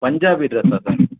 பஞ்சாபி ட்ரெஸ்ஸா சார்